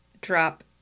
drop